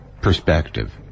perspective